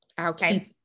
Okay